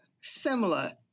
similar